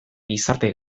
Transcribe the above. gizarte